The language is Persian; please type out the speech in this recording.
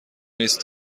نیست